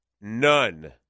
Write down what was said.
none